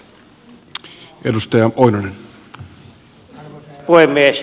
arvoisa herra puhemies